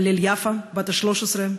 הלל יפה, בת ה-13.